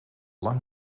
lang